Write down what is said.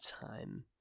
time